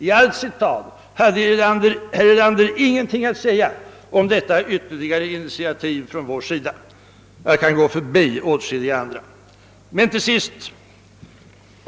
I sitt anförande hade herr Erlander ingenting att säga om detta ytterli gare initiativ från vår sida. Jag måste gå förbi åtskilliga andra.